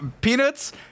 peanuts